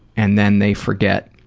and then they forget,